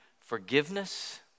forgiveness